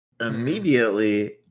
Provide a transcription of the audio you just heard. Immediately